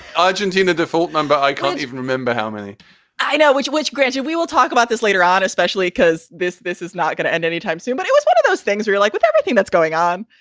argentina default? no, i can't even remember how many i know which which. granted, we will talk about this later on, especially because this this is not going to end anytime soon. but it was one of those things where like with everything that's going on,